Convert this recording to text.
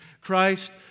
Christ